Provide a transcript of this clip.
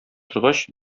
торгач